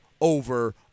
over